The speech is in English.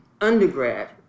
undergrad